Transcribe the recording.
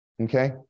Okay